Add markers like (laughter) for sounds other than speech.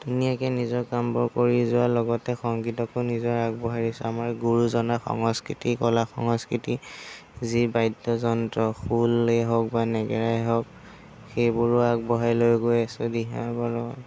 ধুনীয়াকৈ নিজৰ কামবোৰ কৰি যোৱাৰ লগতে সংগীততো নিজক আগবঢ়াইছোঁ আমাৰ গুৰুজনাৰ সংস্কৃতি কলা সংস্কৃতি যি বাদ্যযন্ত্ৰ খোলেই হওক বা নেগেৰাই হওক সেইবোৰো আগবঢ়াই লৈ গৈ আছোঁ (unintelligible)